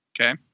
Okay